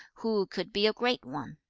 who could be a great one?